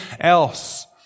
else